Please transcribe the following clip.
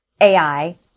AI